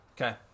Okay